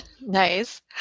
Nice